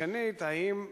ושנית, האם בפועל,